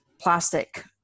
plastic